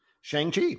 Shang-Chi